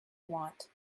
want